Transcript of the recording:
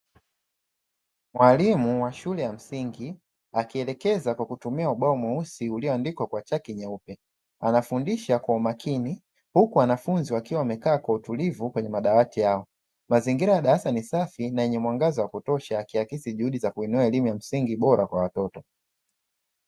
Mwalimu wa shule ya msingi akielekeza kwa kutumia ubao mweusi ulioandikwa kwa chaki nyeupe, anafundisha kwa umakini huku wanafunzi wakiwa wamekaa kwa utulivu kwenye madawati yao, mazingira ya darasa ni safi na yenye mwangaza wa kutosha yakiakisi juhudi za kuinua elimu ya msingi bora kwa watoto.